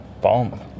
bomb